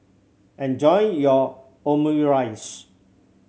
enjoy your Omurice